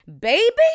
Baby